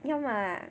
要吗